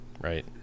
right